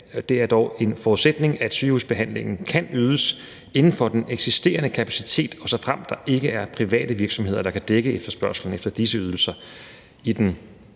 Det er dog en forudsætning, at sygehusbehandlingen kan ydes inden for den eksisterende kapacitet, og såfremt der ikke er private virksomheder, der kan dække efterspørgslen efter disse ydelser